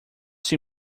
see